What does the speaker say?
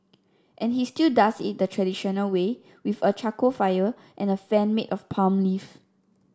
and he still does it the traditional way with a charcoal fire and a fan made of palm leaf